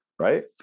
right